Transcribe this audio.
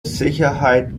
sicherheit